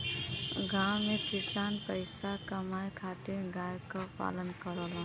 गांव में किसान पईसा कमाए खातिर गाय क पालन करेलन